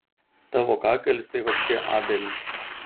tavo kakalis tai vapše abelis